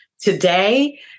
Today